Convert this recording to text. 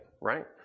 right